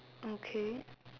okay